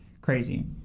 crazy